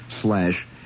slash